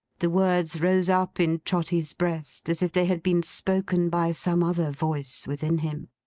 the words rose up in trotty's breast, as if they had been spoken by some other voice within him.